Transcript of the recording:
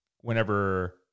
whenever